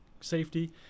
safety